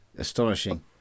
astonishing